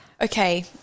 okay